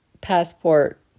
passport